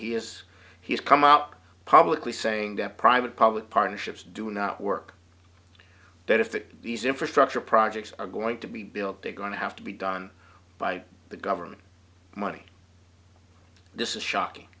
has he's come out publicly saying that private public partnerships do not work benefit these infrastructure projects are going to be built they're going to have to be done by the government money this is shocking